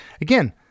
Again